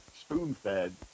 spoon-fed